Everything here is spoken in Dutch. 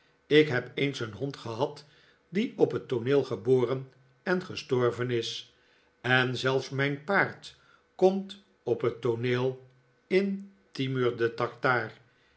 ik heb eens een hond gehad die op het tooneel geboren en gestorven is en zelfs mijn paard komt op het tooneel in timur de tartaar